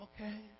okay